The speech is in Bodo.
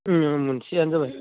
मोनसेयानो जाबाय